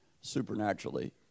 supernaturally